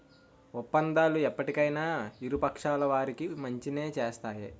ఒప్పందాలు ఎప్పటికైనా ఇరు పక్షాల వారికి మంచినే చేస్తాయి